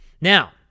Now